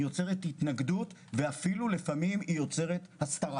התנגדות ואפילו לפעמים הסתרה.